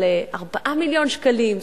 על 4 מיליון שקלים,